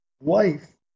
wife